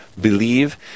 believe